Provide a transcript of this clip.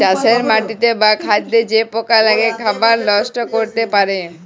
চাষের মাটিতে বা খাদ্যে যে পকা লেগে খাবার লষ্ট ক্যরতে পারে